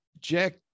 Jack